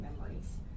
memories